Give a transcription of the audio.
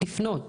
לפנות